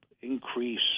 increase